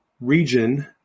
region